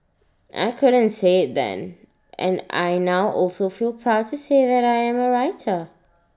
I couldn't say IT then and I now also feel proud to say I am A writer